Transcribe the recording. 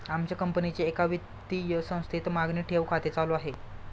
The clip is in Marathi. आमच्या कंपनीचे एका वित्तीय संस्थेत मागणी ठेव खाते चालू आहे